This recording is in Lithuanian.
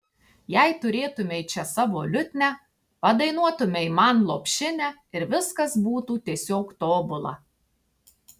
jei turėtumei čia savo liutnią padainuotumei man lopšinę ir viskas būtų tiesiog tobula